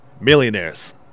millionaires